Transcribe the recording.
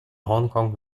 hongkong